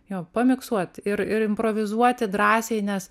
jo pamiksuot ir ir improvizuoti drąsiai nes